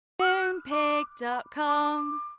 Moonpig.com